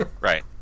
Right